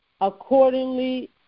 accordingly